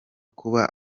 kuba